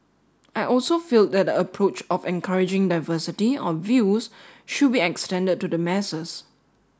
I also feel that the approach of encouraging diversity of views should be extended to the masses